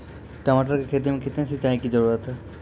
टमाटर की खेती मे कितने सिंचाई की जरूरत हैं?